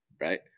Right